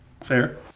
fair